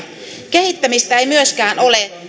kehittämistä ei myöskään ole